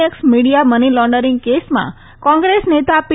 x media money laundering કેસમાં ક્રેંગ્રેસ નેતા પી